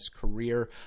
career